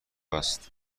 است